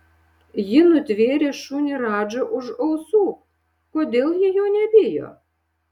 ji nutvėrė šunį radžą už ausų kodėl ji jo nebijo